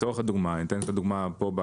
אתן לך דוגמה פה,